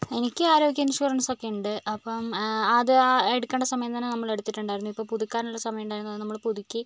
എനിക്ക് ആരോഗ്യ ഇൻഷുറൻസ് ഒക്കെ ഉണ്ട് അപ്പം അത് എടുക്കേണ്ട സമയം തന്നെ നമ്മൾ എടുത്തിട്ടുണ്ടായിരുന്നു ഇപ്പോൾ പുതുക്കാൻ ഉള്ള സമയം ഉണ്ടായിരുന്നു നമ്മൾ പുതുക്കി